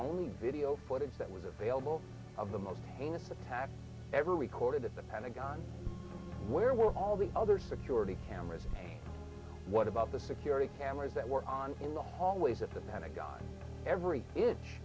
only video footage that was available of the most heinous attack ever recorded at the pentagon where were all the other security cameras what about the security cameras that were on in the hallways at the pentagon every inch